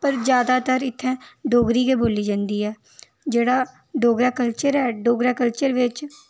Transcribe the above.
पर ज्यादातर इत्थै डोगरी गै बोल्ली जंदी ऐ जेह्ड़ा डोगरा कल्चर ऐ डोगरा कल्चर बिच